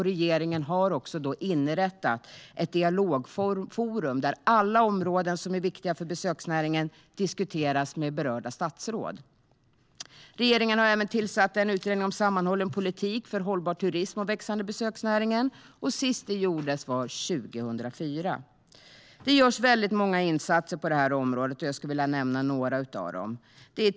Regeringen har också inrättat ett dialogforum där alla områden som är viktiga för besöksnäringen diskuteras med berörda statsråd. Regeringen har även tillsatt en utredning om en sammanhållen politik för hållbar turism och den växande besöksnäringen. Sist det gjordes var 2004. Det görs väldigt många insatser på detta område, och jag skulle vilja nämna några av dem.